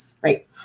right